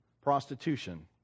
prostitution